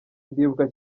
ndibuka